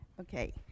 Okay